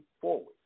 forward